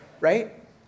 right